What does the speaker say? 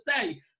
say